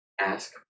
ask